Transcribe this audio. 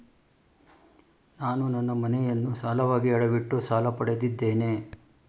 ನಾನು ನನ್ನ ಮನೆಯನ್ನು ಸಾಲವಾಗಿ ಅಡವಿಟ್ಟು ಸಾಲ ಪಡೆದಿದ್ದೇನೆ